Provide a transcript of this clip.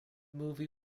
movie